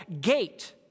gate